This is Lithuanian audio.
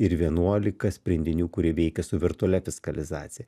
ir vienuolika sprendinių kurie veikia su virtualia fiskalizacija